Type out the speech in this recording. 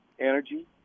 Energy